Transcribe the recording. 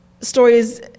stories